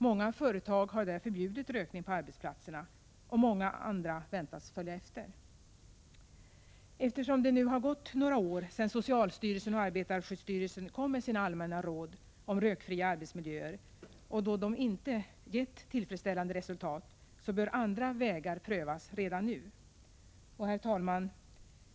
Många företag har där förbjudit rökning på arbetsplatserna och många andra väntas följa efter. Eftersom det nu har gått några år sedan socialstyrelsen och arbetarskyddsstyrelsen kom med sina allmänna råd om rökfria arbetsmiljöer och då de inte gett tillfredsställande resultat, bör andra vägar prövas redan nu. Herr talman!